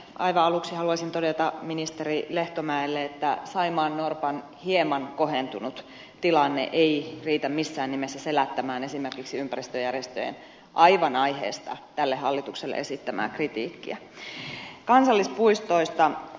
aivan aluksi haluaisin todeta ministeri lehtomäelle että saimaannorpan hieman kohentunut tilanne ei riitä missään nimessä selättämään esimerkiksi ympäristöjärjestöjen aivan aiheesta tälle hallitukselle esittämää kritiikkiä